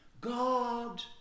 God